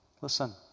listen